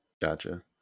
Gotcha